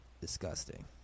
disgusting